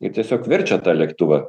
ir tiesiog verčia tą lėktuvą